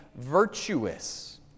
virtuous